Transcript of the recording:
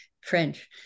french